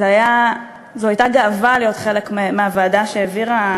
זו הייתה גאווה להיות חלק מהוועדה שהעבירה,